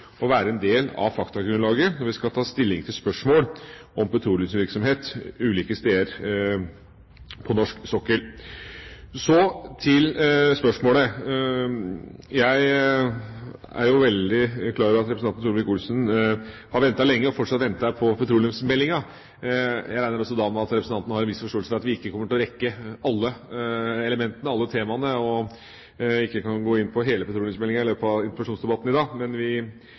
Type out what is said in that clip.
være en del av faktagrunnlaget når vi skal ta stilling til spørsmål om petroleumsvirksomhet ulike steder på norsk sokkel. Så til spørsmålet. Jeg er veldig klar over at representanten Solvik-Olsen har ventet lenge – og fortsatt venter – på petroleumsmeldinga. Jeg regner da også med at representanten har en viss forståelse for at vi ikke kommer til å rekke alle elementene, alle temaene, og ikke kan gå inn på hele petroleumsmeldinga i løpet av interpellasjonsdebatten i dag, men vi